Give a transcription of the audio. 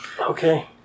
Okay